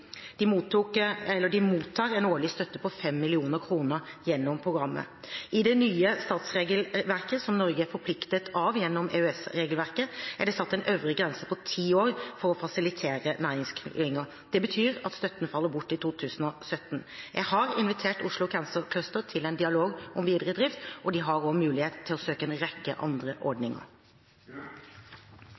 De mottar en årlig støtte på 5 mill. kr gjennom programmet. I det nye statsstøtteregelverket, som Norge er forpliktet av gjennom EØS-regelverket, er det satt en grense på ti år for fasiliteringsstøtte til næringsklynger. Det betyr at støtten vil falle bort i 2017. Jeg har invitert Oslo Cancer Cluster til en dialog om videre drift, og de har også mulighet til å søke en rekke andre ordninger.